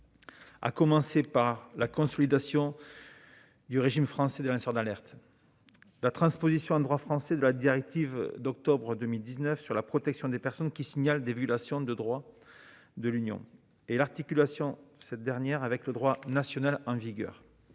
et organique : la consolidation du régime français des lanceurs d'alerte, la transposition en droit français de la directive d'octobre 2019 sur la protection des personnes qui signalent des violations du droit de l'Union et l'articulation de cette directive avec le droit national en vigueur.